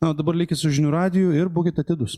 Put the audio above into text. na o dabar likit su žinių radiju ir būkit atidūs